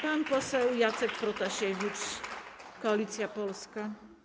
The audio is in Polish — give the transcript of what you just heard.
Pan poseł Jacek Protasiewicz, Koalicja Polska.